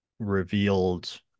Revealed